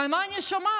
ומה אני שומעת?